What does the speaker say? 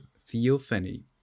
theophany